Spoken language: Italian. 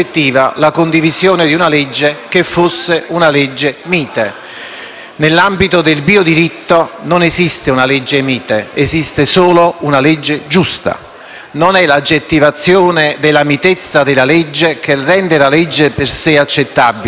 Nell'ambito del biodiritto non esiste una legge mite. Esiste solo una legge giusta. Non è l'aggettivazione della mitezza della legge che rende la legge per sé accettabile, ma la legge si richiama ad un principio di giustizia; e c'è un solo aggettivo